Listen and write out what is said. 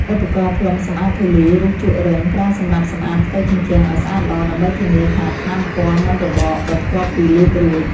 ឧបករណ៍ផ្លុំសម្អាតធូលី ឬជក់រឹង ប្រើសម្រាប់សម្អាតផ្ទៃជញ្ជាំងឱ្យស្អាតល្អ ដើម្បីធានាថាថ្នាំពណ៌មិនរបកបន្ទាប់ពីលាបរួច។